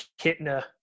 Kitna